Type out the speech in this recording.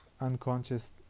unconscious